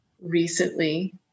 recently